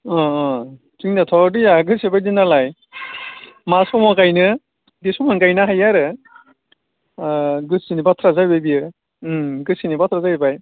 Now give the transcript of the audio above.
अ अ जोंनियाथ' दैया गोसोबायदिनालाय मा समाव गायनो बे समावनो गायनो हायो आरो गोसोनि बाथ्रा जाबाय बियो गोसोनि बाथ्रा जाहैबाय